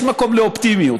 יש מקום לאופטימיות.